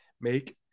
make